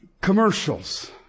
commercials